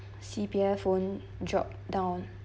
C_P_F won't drop down